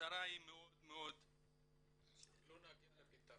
שהחזרה היא מאוד מאוד --- לא נגיע לפתרון.